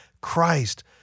Christ